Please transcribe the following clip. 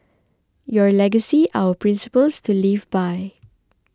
your legacy our principles to live by